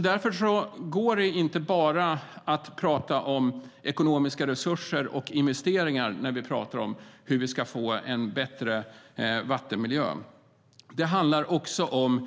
Därför går det inte bara att prata om ekonomiska resurser och investeringar när vi pratar om hur vi ska få en bättre vattenmiljö. Det handlar också om